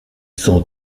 sont